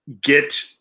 get